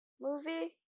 movie